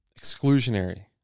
exclusionary